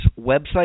website